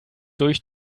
durch